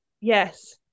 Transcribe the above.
Yes